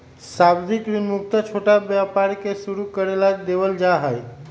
सावधि ऋण मुख्यत छोटा व्यापार के शुरू करे ला देवल जा हई